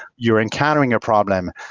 you're encountering a problem.